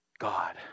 God